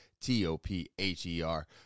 T-O-P-H-E-R